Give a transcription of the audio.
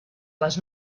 les